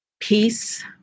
peace